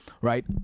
right